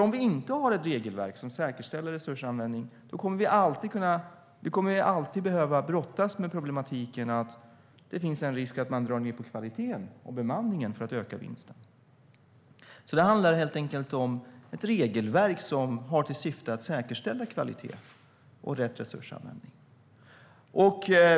Om vi inte har ett regelverk som säkerställer resursanvändning kommer vi alltid att behöva brottas med problematiken att det finns en risk att man drar ned på kvaliteten och bemanningen för att öka vinsten. Det handlar helt enkelt om ett regelverk som har till syfte att säkerställa kvalitet och rätt resursanvändning.